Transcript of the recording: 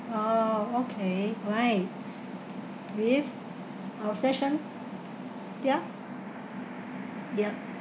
ah okay why yeah yeah